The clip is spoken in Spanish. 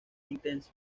intenso